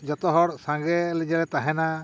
ᱡᱚᱛᱚ ᱦᱚᱲ ᱥᱟᱸᱜᱮ ᱞᱮ ᱜᱮᱞᱮ ᱛᱟᱦᱮᱱᱟ